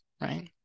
right